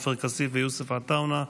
עופר כסיף ויוסף עטאונה.